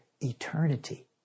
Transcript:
eternity